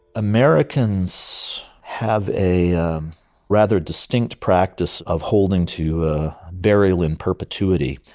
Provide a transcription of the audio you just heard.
americans have a um rather distinct practice of holding to a burial in perpetuity.